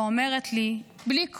ואומרת לי בלי קול: